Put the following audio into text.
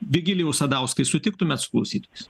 vigilijau sadauskai sutiktumėt su klausytojais